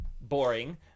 boring